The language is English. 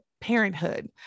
parenthood